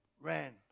ran